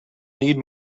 need